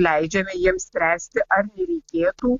leidžiame jiems spręsti ar nereikėtų